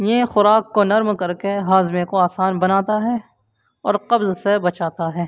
یہ خوراک کو نرم کر کے ہاضمے کو آسان بناتا ہے اور قبض سے بچاتا ہے